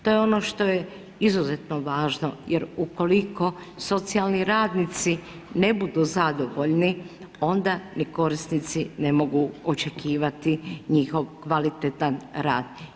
To je ono što je izuzetno važno jer ukoliko socijalni radnici ne budu zadovoljni, onda ni korisnici ne mogu očekivati njihov kvalitetan rad.